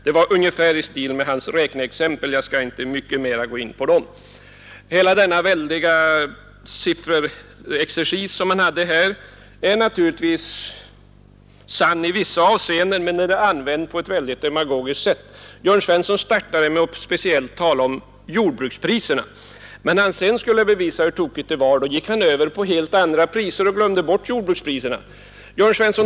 Det var ungefär i stil med hans räkneexempel, som jag inte skall gå närmare in på. Hela hans sifferexercis är naturligtvis sann i vissa avseenden, men han använde siffrorna på ett mycket demagogiskt sätt. Han började med att tala speciellt om jordbrukspriserna. När han skulle bevisa hur tokigt det var med dem gick han över till helt andra priser och glömde bort jordbrukspriserna.